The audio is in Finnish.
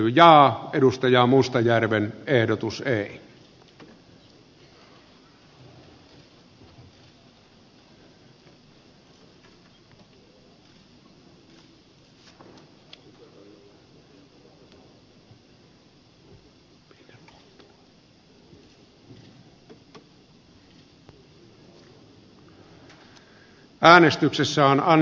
totean nyt että valtioneuvosto nauttii eduskunnan luottamusta